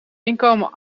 inkomen